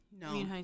no